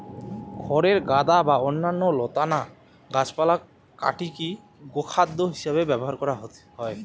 খড়ের গাদা বা অন্যান্য লতানা গাছপালা কাটিকি গোখাদ্য হিসেবে ব্যবহার করা হয়